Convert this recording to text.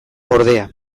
ordea